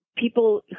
People